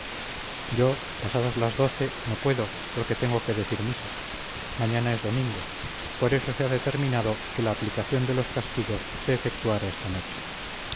yo pasadas las doce no puedo porque tengo que decir misa mañana es domingo por eso se ha determinado que la aplicación de los castigosse efectuara esta noche